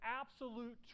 absolute